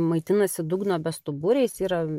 maitinasi dugno bestuburiais yra